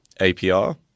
APR